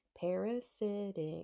parasitic